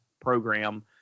program